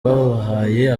babahaye